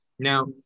Now